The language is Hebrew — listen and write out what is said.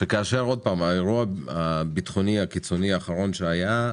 באירוע הביטחוני הקיצוני האחרון שהיה,